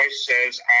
says